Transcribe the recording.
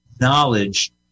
knowledge